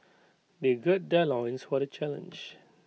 they gird their loins for the challenge